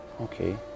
Okay